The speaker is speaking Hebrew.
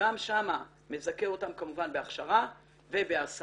שגם שם מזכה אותן כמובן בהכשרה ובהשמה,